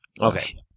Okay